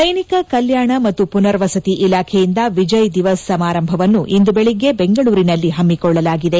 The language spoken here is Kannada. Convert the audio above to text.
ಸೈನಿಕ ಕಲ್ಯಾಣ ಮತ್ತು ಪುನರ್ವಸತಿ ಇಲಾಖೆಯಿಂದ ವಿಜಯ್ ದಿವಸ ಸಮಾರಂಭವನ್ನು ಇಂದು ಬೆಳಗ್ಗೆ ಬೆಂಗಳೂರಿನಲ್ಲಿ ಹಮ್ಸಿಕೊಳ್ಳಲಾಗಿದೆ